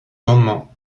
lendemain